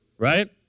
right